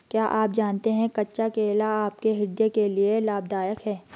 क्या आप जानते है कच्चा केला आपके हृदय के लिए लाभदायक है?